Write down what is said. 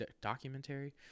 documentary